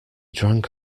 drank